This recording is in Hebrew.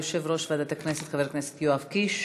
יושב-ראש ועדת הכנסת חבר הכנסת יואב קיש.